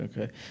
okay